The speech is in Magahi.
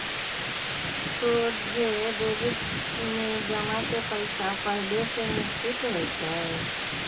सोझे डेबिट में जमा के पइसा पहिले से निश्चित होइ छइ